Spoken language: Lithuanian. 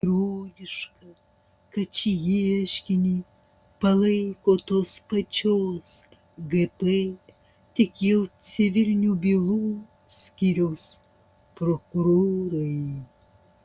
ironiška kad šį ieškinį palaiko tos pačios gp tik jau civilinių bylų skyriaus prokurorai